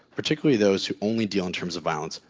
particularly those who only deal in terms of violence,